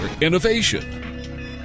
innovation